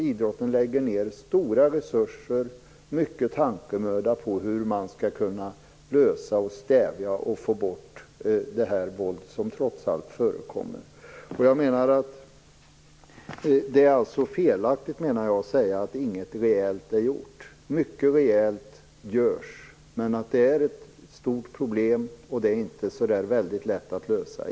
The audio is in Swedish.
Idrotten lägger ned stora resurser, mycket tankemöda, på hur man skall lösa och stävja och få bort det våld som trots allt förekommer. Jag menar att det är fel att säga att inget rejält är gjort. Mycket rejält görs, men det är ett stort problem, och det är inte så väldigt lätt lösa det.